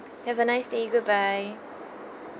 have a nice day goodbye